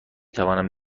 توانم